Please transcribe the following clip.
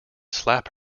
slap